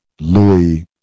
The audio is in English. Louis